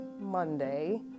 Monday